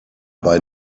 bei